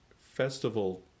festival